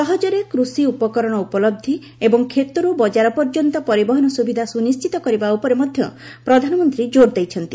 ସହଜରେ କୃଷି ଉପକରଣର ଉପଲହି ଏବଂ କ୍ଷେତର୍ ବଜାର ପର୍ଯ୍ୟନ୍ତ ପରିବହନ ସୁବିଧା ସୁନିଶ୍ଚିତ କରିବା ଉପରେ ମଧ୍ୟ ପ୍ରଧାନମନ୍ତ୍ରୀ ଜୋର ଦେଇଛନ୍ତି